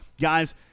Guys